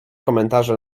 komentarze